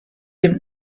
dem